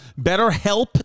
BetterHelp